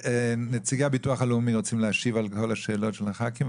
נציגי הביטוח הלאומי רוצים להשיב על כל השאלות של הח"כים,